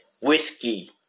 Whiskey